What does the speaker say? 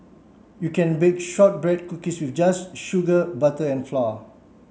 you can bake shortbread cookies just sugar butter and flour